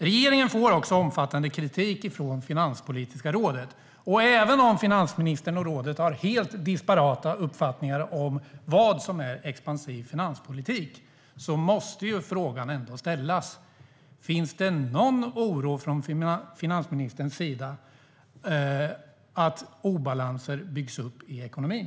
Regeringen får också omfattande kritik från Finanspolitiska rådet, och även om finansministern och rådet har helt disparata uppfattningar om vad som är expansiv finanspolitik måste frågan ändå ställas: Finns det någon oro från finansministerns sida för att obalanser byggs upp i ekonomin?